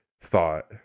thought